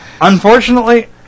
Unfortunately